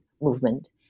movement